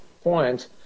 point